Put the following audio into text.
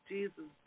Jesus